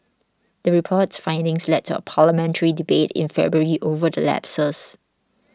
the report's findings led to a parliamentary debate in February over the lapses